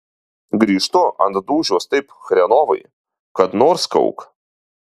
grįžtu ant dūšios taip chrenovai kad nors kauk